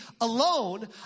alone